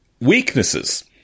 Weaknesses